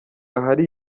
ahari